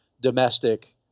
domestic